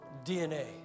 DNA